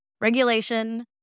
regulation